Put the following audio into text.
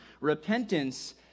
repentance